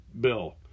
bill